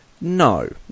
no